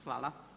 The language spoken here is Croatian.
Hvala.